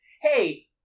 hey